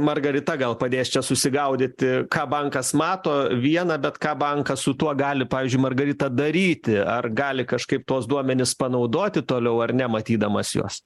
margarita gal padės čia susigaudyti ką bankas mato viena bet ką bankas su tuo gali pavyzdžiui margarita daryti ar gali kažkaip tuos duomenis panaudoti toliau ar ne matydamas juos